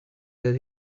that